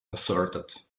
asserted